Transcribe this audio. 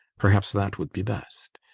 perhaps that would be best.